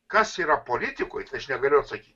kas yra politikoj tai aš negaliu atsakyt